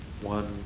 One